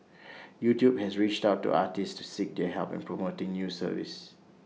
YouTube has reached out to artists to seek their help in promoting new service